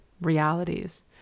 realities